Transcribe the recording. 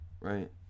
right